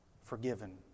forgiven